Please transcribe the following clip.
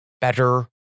better